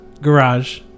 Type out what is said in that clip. garage